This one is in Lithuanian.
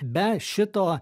be šito